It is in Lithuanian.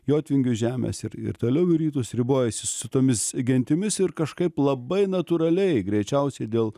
jotvingių žemės ir ir toliau į rytus ribojasi su tomis gentimis ir kažkaip labai natūraliai greičiausiai dėl